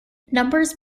numbers